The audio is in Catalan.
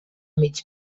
mig